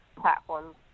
platforms